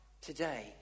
today